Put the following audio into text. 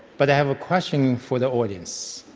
but i have a question for the audience